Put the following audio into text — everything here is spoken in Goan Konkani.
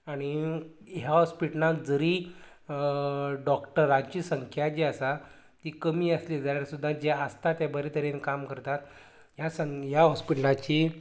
आनी ह्या हाॅस्पिटलांत जरी डाॅक्टराची संख्या जी आसा ती कमी आसली जाल्यार सुद्दां जें आसता ते बरें तरेन काम करतात ह्या संग ह्या हाॅस्पिटलाची